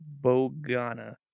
Bogana